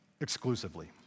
exclusively